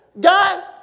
God